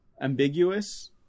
ambiguous